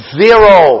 zero